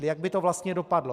Jak by to vlastně dopadlo?